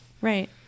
Right